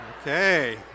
okay